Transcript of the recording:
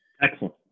Excellent